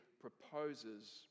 proposes